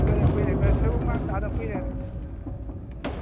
ꯀꯨꯏꯔꯦ ꯀꯨꯏꯔꯦ ꯀꯗꯥꯏ ꯁꯣꯏꯕꯨꯝꯒꯥꯡ ꯆꯥꯗꯕ ꯀꯨꯏꯔꯦ ꯎꯝ